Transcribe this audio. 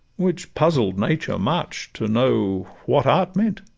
which puzzled nature much to know what art meant.